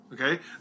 Okay